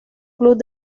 club